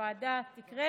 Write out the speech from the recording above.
שהוועדה תקרה